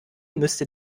müsste